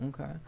okay